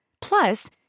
Plus